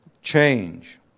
Change